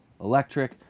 electric